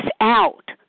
out